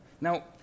Now